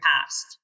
past